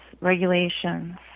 regulations